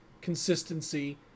consistency